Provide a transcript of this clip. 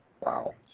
Wow